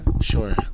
Sure